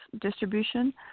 distribution